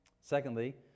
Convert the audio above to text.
Secondly